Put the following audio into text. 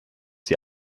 die